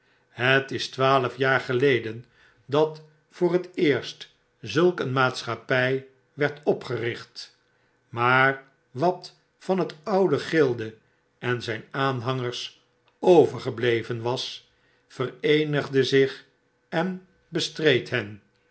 het is twaalf jaar geleden dat voor t eerst zulk een maatschappy werdopgericht maar wat van het oude gilde en zyn aanhangers overgebleven was vereenigde zich en bestreed hen